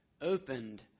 opened